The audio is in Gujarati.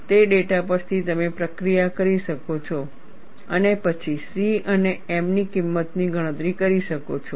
તે ડેટા પરથી તમે પ્રક્રિયા કરી શકો છો અને પછી C અને m ની કિંમતની ગણતરી કરી શકો છો